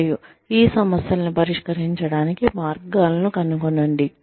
మరియు ఈ సమస్యలను పరిష్కరించడానికి మార్గాలను కనుగొనండి